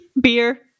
beer